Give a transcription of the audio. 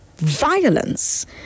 violence